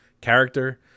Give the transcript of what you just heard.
character